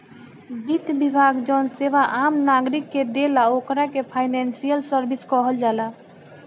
वित्त विभाग जवन सेवा आम नागरिक के देला ओकरा के फाइनेंशियल सर्विस कहल जाला